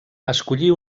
escollir